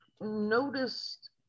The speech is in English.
noticed